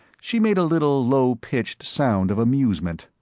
she made a little low-pitched sound of amusement.